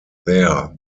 there